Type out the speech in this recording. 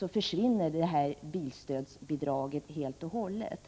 kr. försvinner bilstödsbidraget helt och hållet.